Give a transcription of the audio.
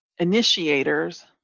Initiators